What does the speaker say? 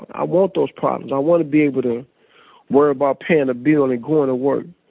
i want those problems. i want to be able to worry about paying a bill and going to work,